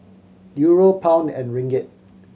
Euro Pound and Ringgit